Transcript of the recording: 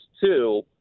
two